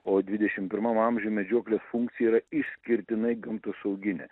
o dvidešim pirmam amžiuj medžioklės funkcija yra išskirtinai gamtosauginė